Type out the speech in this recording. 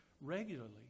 regularly